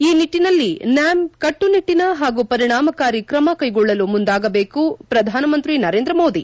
ಈ ನಿಟ್ಟಿನಲ್ಲಿ ನ್ನಾಮ್ ಕಟ್ಟುನಿಟ್ಟಿನ ಹಾಗೂ ಪರಿಣಾಮಕಾರಿ ಕ್ರಮ ಕ್ಷೆಗೊಳ್ಳಲು ಮುಂದಾಗಬೇಕು ಪ್ರಧಾನಮಂತ್ರಿ ನರೇಂದ್ರ ಮೋದಿ